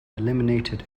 eliminated